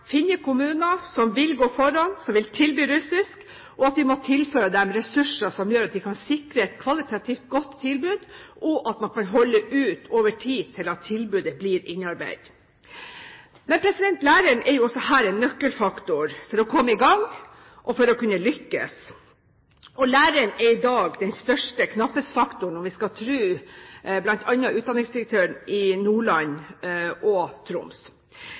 kommuner som vil gå foran med å tilby russisk, at de må tilføres ressurser som gjør at de kan sikre et kvalitativt godt tilbud og kan holde ut over tid, slik at tilbudet blir innarbeidet. Læreren er også her en nøkkelfaktor for å komme i gang og for å kunne lykkes. Lærere er i dag den største knapphetsfaktoren, om vi skal tro bl.a. utdanningsdirektørene i Nordland og i Troms.